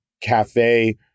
cafe